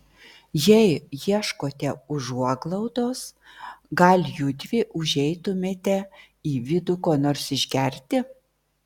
jei ieškote užuoglaudos gal judvi užeitumėte į vidų ko nors išgerti